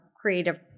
creative